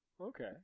Okay